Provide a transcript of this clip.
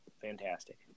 fantastic